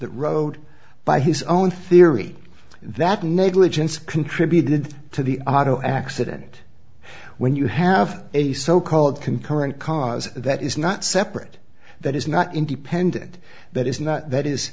that road by his own theory that negligence contributed to the auto accident when you have a so called concurrent cause that is not separate that is not independent that is not that is